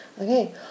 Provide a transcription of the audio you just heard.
Okay